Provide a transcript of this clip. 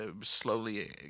slowly